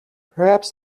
perhaps